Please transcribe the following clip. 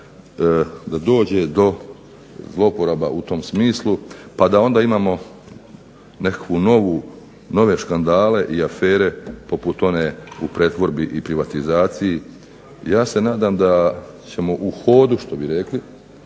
da dođe do zloporaba u tom smisli pa da onda imamo nekakvu nove škandale i afere poput one u pretvorbi i privatizaciji. Ja se nadam da ćemo u hodu što bi rekli,